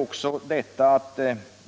Man